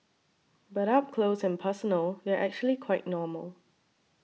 but up close and personal they're actually quite normal